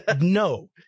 No